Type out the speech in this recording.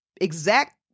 exact